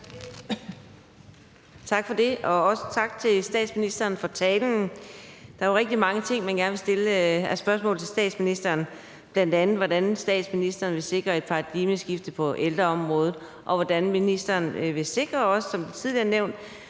Tak for det, og også tak til statsministeren for talen. Der er jo rigtig mange spørgsmål, man gerne vil stille til statsministeren, bl.a. hvordan statsministeren vil sikre et paradigmeskifte på ældreområdet, og hvordan statsministeren som tidligere nævnt